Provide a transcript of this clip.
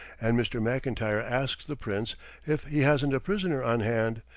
and mr. mcintyre asks the prince if he hasn't a prisoner on hand,